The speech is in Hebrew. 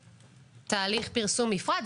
תהליך פרסום מפרט?